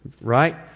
right